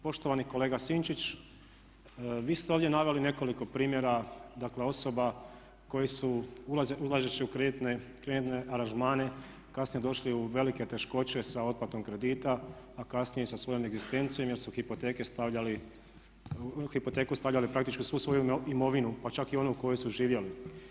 Poštovani kolega Sinčić, vi ste ovdje naveli nekoliko primjera, dakle osoba koje su ulazeći u kreditne aranžmane kasnije došli u velike teškoće sa otplatom kredita, a kasnije sa svojom egzistencijom jer su hipoteku stavljali praktički u svu svoju imovinu, pa čak i onu u kojoj su živjeli.